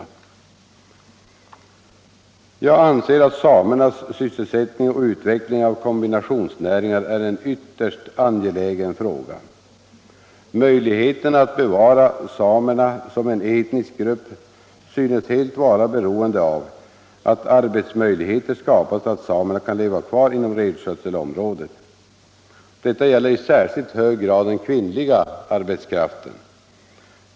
Jag anser att samernas sysselsättning och utveckling av kombinationsnäringar är en ytterst angelägen fråga. Möjligheterna att bevara samerna som en etnisk grupp synes helt vara beroende av att arbetsmöjligheter skapas så att samerna kan leva kvar inom renskötselområdet. Detta gäller i särskilt hög grad den kvinnliga arbetskraften.